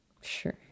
Sure